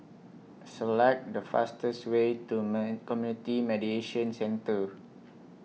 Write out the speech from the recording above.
Select The fastest Way to men Community Mediation Centre